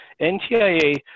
NTIA